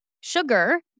Sugar